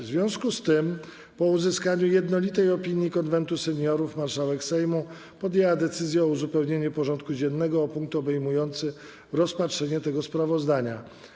W związku z tym, po uzyskaniu jednolitej opinii Konwentu Seniorów, marszałek Sejmu podjęła decyzję o uzupełnieniu porządku dziennego o punkt obejmujący rozpatrzenie tego sprawozdania.